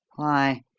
why,